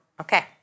Okay